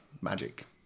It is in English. magic